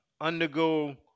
undergo